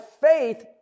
faith